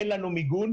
אין לנו מיגון,